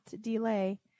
delay